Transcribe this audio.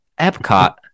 Epcot